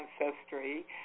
ancestry